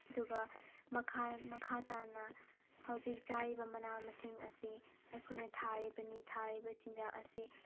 ꯑꯗꯨꯒ ꯃꯈꯥ ꯃꯈꯥ ꯇꯥꯅ ꯍꯧꯖꯤꯛ ꯆꯥꯔꯤꯕ ꯃꯅꯥ ꯃꯁꯤꯡ ꯑꯁꯤ ꯑꯩꯈꯣꯏꯅ ꯊꯥꯔꯤꯕꯅꯤ ꯊꯥꯔꯤꯕ ꯆꯤꯟꯖꯥꯛ ꯑꯁꯤ